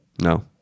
No